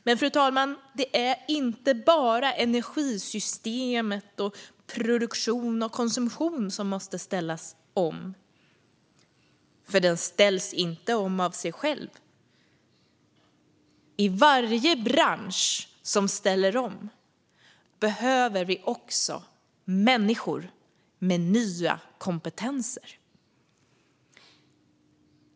Men, fru talman, det är inte bara energisystemet och produktion och konsumtion som måste ställas om - detta ställs ju inte om av sig självt. I varje bransch som ställer om behöver vi också människor med nya kompetenser.